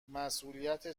مسئولیت